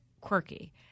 quirky